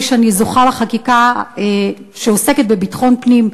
מהשר שאני זוכה לחקיקה שעוסקת בביטחון פנים.